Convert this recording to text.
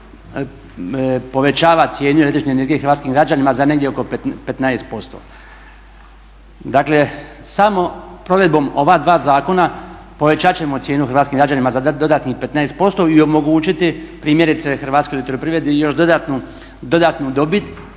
ove Vlade da dodatno povećava cijenu električne energije hrvatskim građanima za negdje oko 15%. Dakle, samo provedbom ova dva zakona povećat ćemo cijenu hrvatskim građanima za dodatnih 15% i omogućiti primjerice Hrvatskoj elektroprivredi još dodatnu dobit,